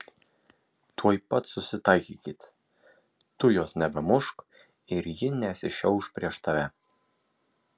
tuoj pat susitaikykit tu jos nebemušk ir ji nesišiauš prieš tave